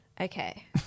Okay